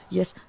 Yes